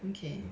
okay